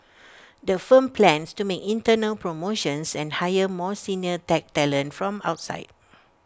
the firm plans to make internal promotions and hire more senior tech talent from outside